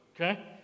okay